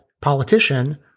politician